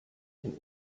den